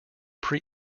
pre